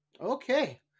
Okay